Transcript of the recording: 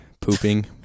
pooping